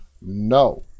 No